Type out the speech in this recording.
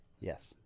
Yes